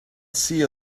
see